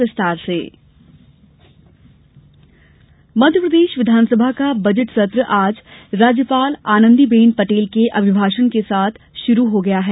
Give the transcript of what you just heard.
विधानसभा budget सत्र मध्यप्रदेश विधानसभा का बजट सत्र आज राज्यपाल आनंदी बेन पटेल के अभिभाषण के साथ शुरू हो गया है